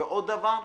ועוד דבר,